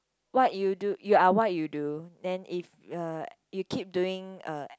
what you do you are what you do then if uh you keep doing uh